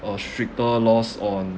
uh stricter laws on